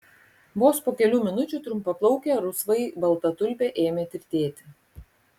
vos po kelių minučių trumpaplaukė rusvai balta tulpė ėmė tirtėti